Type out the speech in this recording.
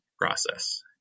process